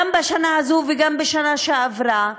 גם בשנה הזאת וגם בשנה שעברה,